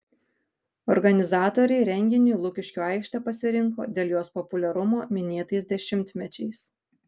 organizatoriai renginiui lukiškių aikštę pasirinko dėl jos populiarumo minėtais dešimtmečiais